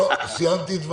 לא סיימתי את דבריי.